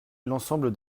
l’ensemble